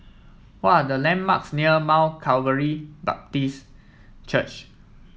what are the landmarks near Mount Calvary Baptist Church